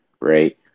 right